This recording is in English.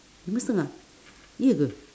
lima setengah ye ke